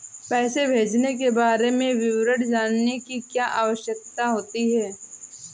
पैसे भेजने के बारे में विवरण जानने की क्या आवश्यकता होती है?